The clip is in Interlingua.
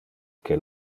que